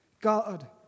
God